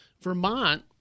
Vermont